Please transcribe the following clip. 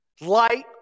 light